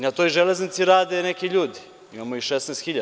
Na toj železnici rade neki ljudi, imamo ih 16 hiljada.